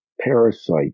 parasite